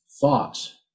thoughts